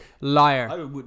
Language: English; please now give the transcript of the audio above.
Liar